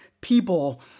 people